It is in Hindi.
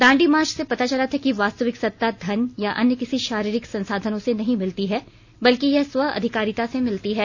दांडी मार्च से पता चला था कि वास्तविक सत्ता धन या अन्य किसी शारीरिक संसाधनों से नहीं मिलती है बल्कि यह स्व अधिकारिता से मिलती है